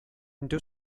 into